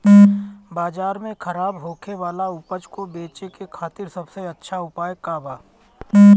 बाजार में खराब होखे वाला उपज को बेचे के खातिर सबसे अच्छा उपाय का बा?